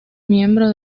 miembro